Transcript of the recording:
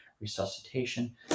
resuscitation